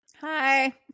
Hi